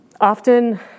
Often